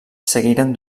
seguiren